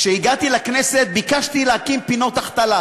כשהגעתי לכנסת, ביקשתי להקים פינות החתלה,